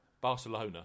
Barcelona